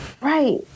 right